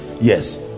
Yes